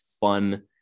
fun